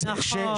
טאהא (רע"מ,